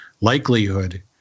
likelihood